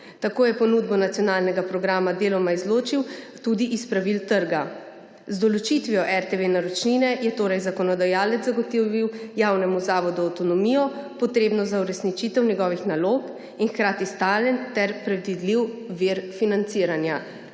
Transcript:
Tako je ponudbo nacionalnega programa deloma izločil tudi iz pravil trga. Z določitvijo RTV naročnine je torej zakonodajalec zagotovil javnemu zavodu avtonomijo, potrebno za uresničitev njegovih nalog in hkrati stalen ter predvidljiv vir financiranja.«